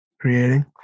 creating